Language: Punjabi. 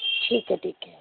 ਠੀਕ ਹੈ ਠੀਕ ਹੈ